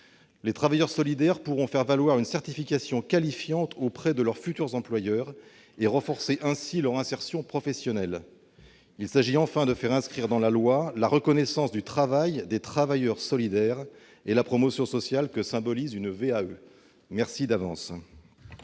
Les travailleurs solidaires pourront faire valoir une certification qualifiante auprès de leurs futurs employeurs et renforcer ainsi leur insertion professionnelle. Il s'agit, enfin, de faire inscrire dans la loi, la reconnaissance du travail des travailleurs solidaires et la promotion sociale que symbolise une VAE. Merci d'avance